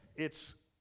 it's